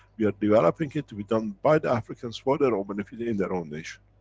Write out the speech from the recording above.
we are developing it, to be done by the africans, for their own benefit in their own nation.